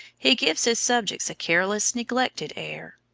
he gives his subjects a careless, neglected air.